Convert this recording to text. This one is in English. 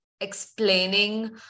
explaining